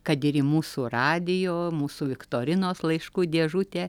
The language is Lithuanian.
kad ir į mūsų radijo mūsų viktorinos laiškų dėžutę